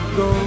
go